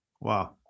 Wow